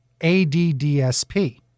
ADDSP